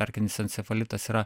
erkinis encefalitas yra